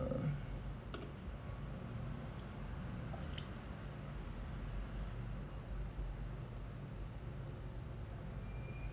uh